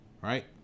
right